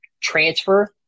transfer